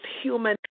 human